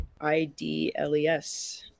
I-D-L-E-S